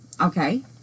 okay